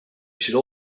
should